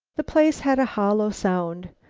the place had a hollow sound.